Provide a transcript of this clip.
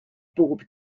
bob